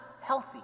healthy